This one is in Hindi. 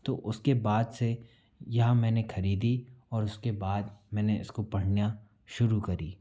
तो उसके बाद से यह मैंने खरीदी और उसके बाद मैंने इसको पढ़ना शुरू करी